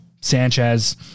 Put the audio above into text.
Sanchez